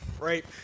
right